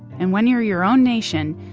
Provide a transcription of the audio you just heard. and when you're your own nation,